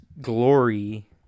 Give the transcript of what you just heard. glory